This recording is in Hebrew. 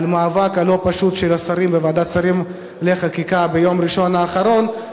על המאבק הלא-פשוט של השרים בוועדת השרים לחקיקה ביום ראשון האחרון,